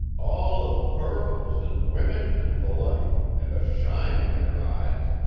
all of pearls, and women, and the like. and a shine in their eyes.